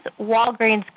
Walgreens